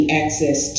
access